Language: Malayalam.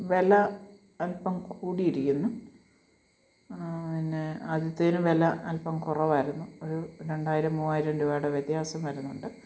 വില അല്പം കൂടീരിക്കുന്നു പിന്നെ ആദ്യത്തേതിന് വില അല്പം കുറവായിരുന്നു ഒരു രണ്ടായിരം മുവായിരം രൂപയുടെ വ്യത്യാസം വരുന്നുണ്ട്